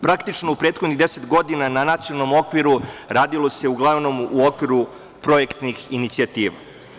Praktično, u prethodnih 10 godina na nacionalnom okviru radilo se uglavnom u okviru projektnih inicijativa.